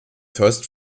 first